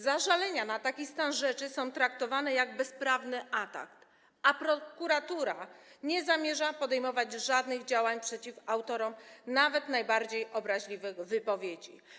Zażalenia na taki stan rzeczy są traktowane jak bezprawny atak, a prokuratura nie zamierza podejmować żadnych działań przeciw autorom nawet najbardziej obraźliwych wypowiedzi.